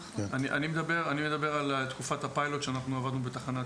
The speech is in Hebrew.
אני מדבר על תקופת הפיילוט שבה עבדנו בתחנת